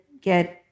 get